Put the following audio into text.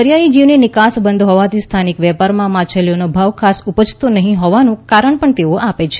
દરિયાઈ જીવની નિકાસ બંધ હોવાથી સ્થાનિક વેપારમાં માછલીનો ખાસ ભાવ ઉપજતો નહિ હોવાનુ કારણ પણ તેઓ આપે છે